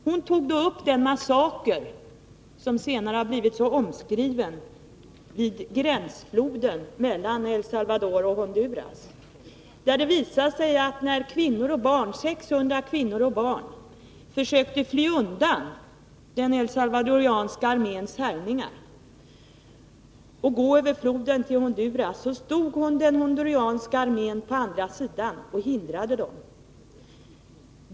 Hon tog då upp den massaker vid gränsfloden mellan El Salvador och Honduras som senare har blivit så omskriven. När 600 kvinnor och barn försökte fly undan den salvadoranska arméns härjningar och gå över floden till Honduras, stod den honduranska armén på andra sidan och hindrade dem.